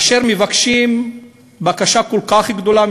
אשר מבקשים בקשה כל כך גדולה,